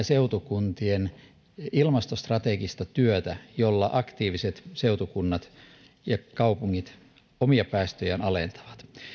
seutukuntien ilmastostrategista työtä jolla aktiiviset seutukunnat ja kaupungit omia päästöjään alentavat